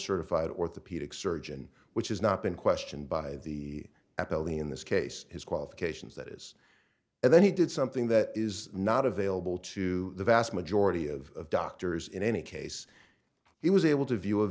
certified orthopedic surgeon which has not been questioned by the f l the in this case his qualifications that is and then he did something that is not available to the vast majority of doctors in any case he was able to view